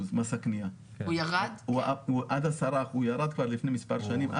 הקניה הוא עד 10%. הוא ירד כבר לפני מספר שנים,